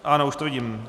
Ano, už to vidím.